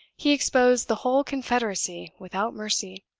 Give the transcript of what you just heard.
he exposed the whole confederacy without mercy.